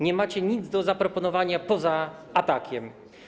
Nie macie nic do zaproponowania poza atakiem.